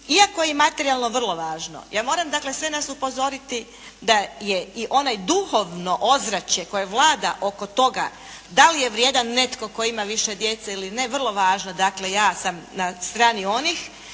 iako je materijalno vrlo važno ja moram dakle sve nas upozoriti da je i onaj duhovno ozračje koje vlada oko toga da li je vrijedan netko tko ima više djece ili ne, vrlo važno. Dakle ja sam na strani onih